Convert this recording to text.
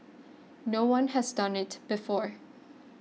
no one has done it before